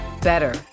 better